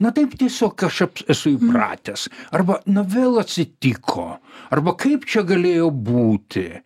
na taip tiesiog aš esu įpratęs arba na vėl atsitiko arba kaip čia galėjo būti